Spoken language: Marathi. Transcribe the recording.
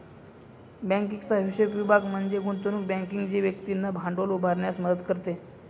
बँकिंगचा विशेष विभाग म्हणजे गुंतवणूक बँकिंग जी व्यक्तींना भांडवल उभारण्यास मदत करते